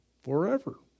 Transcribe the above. forever